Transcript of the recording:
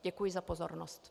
Děkuji za pozornost.